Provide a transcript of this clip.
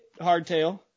hardtail